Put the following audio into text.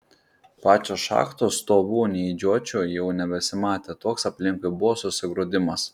pačios šachtos stovų nei žiočių jau nebesimatė toks aplinkui buvo susigrūdimas